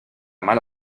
malo